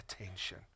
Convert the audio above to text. attention